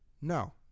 No